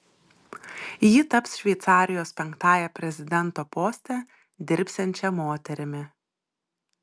ji taps šveicarijos penktąja prezidento poste dirbsiančia moterimi